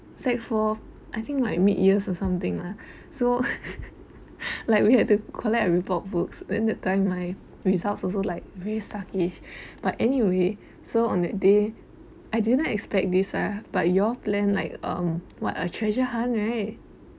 sec four I think like mid years or something lah so like we have to collect our report books then that time my results also like very sucky but anyway so on that day I didn't expect this ah but you all planned like um what a treasure hunt right